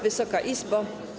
Wysoka Izbo!